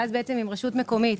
ואז אם רשות מקומית